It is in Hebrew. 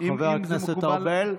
חבר הכנסת ארבל?